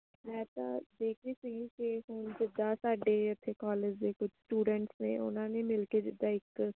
ਮੈਂ ਤਾਂ ਦੇਖ ਰਹੀ ਸੀਗੀ ਵੀ ਜਿੱਦਾਂ ਸਾਡੇ ਇਥੇ ਕੋਲੇਜ ਦੇ ਕੁਝ ਸਟੂਡੈਂਟਸ ਨੇ ਉਹਨਾਂ ਨੇ ਮਿਲ ਕੇ ਜਿੱਦਾਂ ਇੱਕ